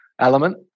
element